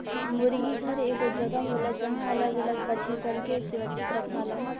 मुर्गी घर एगो जगह होला जहां अलग अलग पक्षी सन के सुरक्षित रखाला